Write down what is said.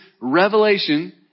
revelation